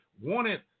wanted